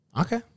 Okay